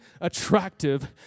attractive